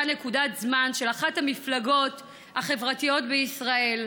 נקודת זמן של אחת המפלגות החברתיות בישראל,